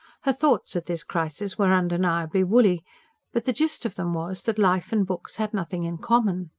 her thoughts at this crisis were undeniably woolly but the gist of them was, that life and books had nothing in common.